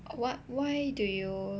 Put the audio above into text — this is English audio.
what why do you